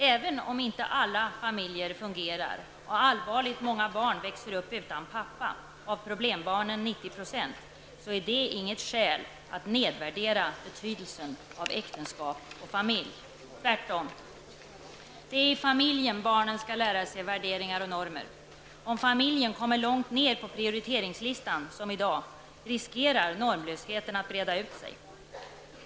Även om inte alla familjer fungerar och alltför många barn växer upp utan pappa -- av problembarnen är det 90 %-- så är det inget skäl att nedvärdera betydelsen av äktenskap och familj! Tvärtom! Det är i familjen barnen skall lära sig värderingar och normer. Om familjen kommer långt ner på prioriteringslistan som i dag riskerar normlösheten att breda ut sig.